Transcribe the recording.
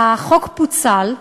החוק פוצל,